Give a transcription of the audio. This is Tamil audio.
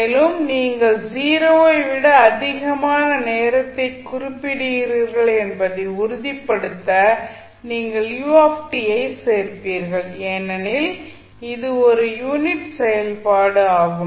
மேலும் நீங்கள் 0 ஐ விட அதிகமான நேரத்தைக் குறிப்பிடுகிறீர்கள் என்பதை உறுதிப்படுத்த நீங்கள் u ஐச் சேர்ப்பீர்கள் ஏனெனில் இது ஒரு யூனிட் செயல்பாடு ஆகும்